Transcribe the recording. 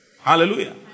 Hallelujah